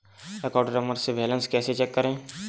Account number से balance कैसे check करें?